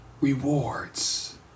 rewards